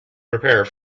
prepare